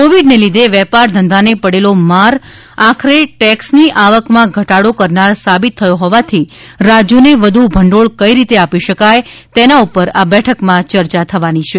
કોવિડને લીધે વેપાર ધંધાને પડેલો માર આખરે ટેક્ષની આવકમાં ઘટાડો કરનાર સાબિત થયો હોવાથી રાજ્યોને વધુ ભંડોળ કઈ રીતે આપી શકાય તેના ઉપર આ બેઠકમાં ચર્ચા થવાની છે